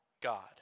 God